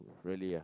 really ah